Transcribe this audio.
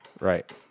Right